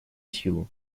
силу